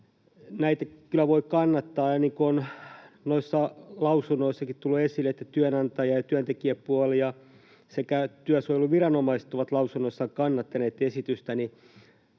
Näitä kyllä voi kannattaa, ja niin kuin on noissa lausunnoissakin tullut esille, että työnantaja- ja työntekijäpuoli sekä työsuojeluviranomaiset ovat lausunnoissaan kannattaneet esitystä, niin